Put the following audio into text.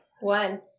One